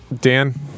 Dan